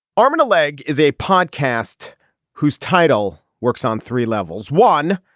arm and a leg is a podcast whose title works on three levels one,